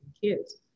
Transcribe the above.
kids